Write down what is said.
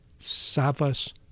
Savas